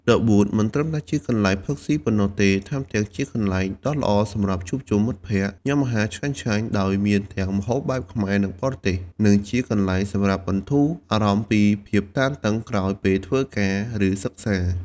ឌឹ វូត មិនត្រឹមតែជាកន្លែងផឹកស៊ីប៉ុណ្ណោះទេ ថែមទាំងជាកន្លែងដ៏ល្អសម្រាប់ជួបជុំមិត្តភក្តិ ញ៉ាំអាហារឆ្ងាញ់ៗ ដោយមានទាំងម្ហូបបែបខ្មែរ និងបរទេស និងជាកន្លែងសម្រាប់បន្ធូរអារម្មណ៍ពីភាពតានតឹងក្រោយពេលធ្វើការ ឬសិក្សា។